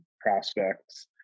prospects